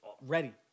ready